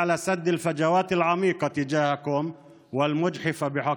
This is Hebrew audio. לצמצום הפערים העמוקים כלפיכם הגורמים לקיפוח זכויותיכם.